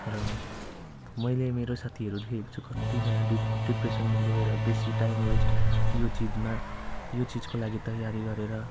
र मैले मेरो साथीहरू देखेको छु कतिजाना डिप् डिप्रेसनमा गएर बेसी टाइम वेस्ट यो चिजमा यो चिजको लागि तयारी गरेर